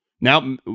Now